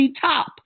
Top